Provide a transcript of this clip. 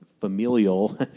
familial